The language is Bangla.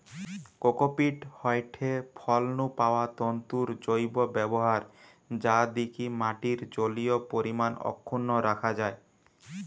কোকোপীট হয়ঠে ফল নু পাওয়া তন্তুর জৈব ব্যবহার যা দিকি মাটির জলীয় পরিমাণ অক্ষুন্ন রাখা যায়